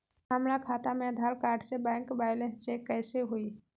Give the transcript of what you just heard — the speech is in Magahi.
हमरा खाता में आधार कार्ड से बैंक बैलेंस चेक कैसे हुई?